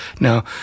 now